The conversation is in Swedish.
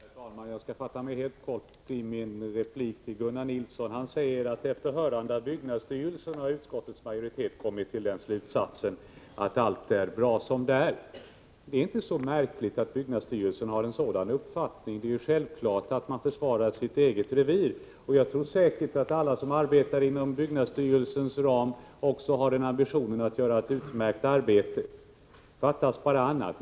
Herr talman! Jag skall fatta mig helt kort i min replik till Gunnar Nilsson i Eslöv. Han säger att utskottets majoritet efter hörande av byggnadsstyrelsen har kommit fram till slutsatsen att allt är bra som det är. Det är inte så märkligt att byggnadsstyrelsen har en sådan uppfattning — det är självklart att den försvarar sitt eget revir. Säkerligen har också alla som arbetar inom byggnadsstyrelsens ram ambitionen att göra ett utmärkt arbete; fattas bara annat.